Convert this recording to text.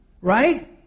Right